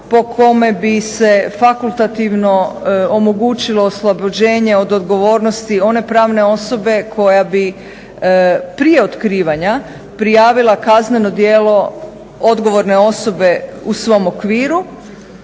po kome bi se fakultativno omogućilo oslobođenje od odgovornosti one pravne osobe koja bi prije otkrivanja prijavila kazneno djelo odgovorne osobe u svom okviru.